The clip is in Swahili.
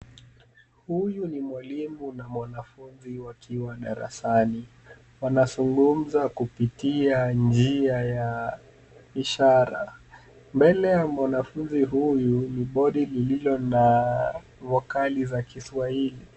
Huyu ni mwalimu na mwanafunzi wakiwa darasani. Wanazungumza kupitia njia ya ishara. Mbele ya mwanafunzi huyu ni bodi lililo na vokali za kiswahili.